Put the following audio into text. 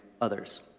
others